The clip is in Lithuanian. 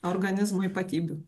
organizmo ypatybių